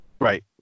Right